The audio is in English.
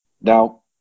now